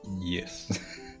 Yes